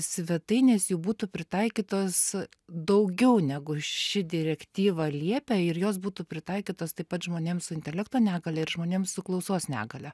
svetainės jų būtų pritaikytos daugiau negu ši direktyva liepia ir jos būtų pritaikytos taip pat žmonėm su intelekto negalia ir žmonėm su klausos negalia